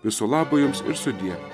viso labo jums ir sudie